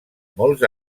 molts